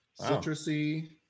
citrusy